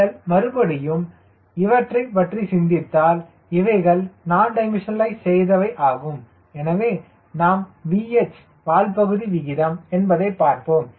நீங்கள் மறுபடியும் இவற்றைப் பற்றி சிந்தித்தால் இவைகள் நான் டிமென்ஷன்ஸ்நளைஸ் செய்தவை ஆகும் எனவே நாம் VH வால் தொகுதி விகிதம் என்பதை பார்ப்போம்